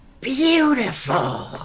beautiful